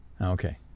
Okay